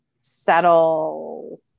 settle